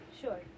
Sure